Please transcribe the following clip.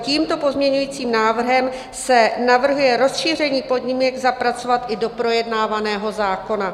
Tímto pozměňujícím návrhem se navrhuje rozšíření podmínek zapracovat i do projednávaného zákona.